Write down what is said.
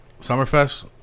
Summerfest